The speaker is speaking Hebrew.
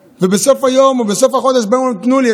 ובסוף היום או בסוף החודש אומרים להם: תנו לי,